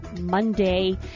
Monday